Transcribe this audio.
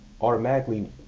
automatically